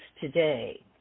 today